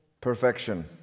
perfection